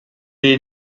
est